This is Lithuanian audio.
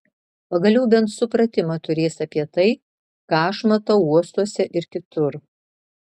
pagaliau bent supratimą turės apie tai ką aš matau uostuose ir kitur